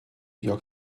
york